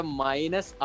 minus